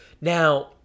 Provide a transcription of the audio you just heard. now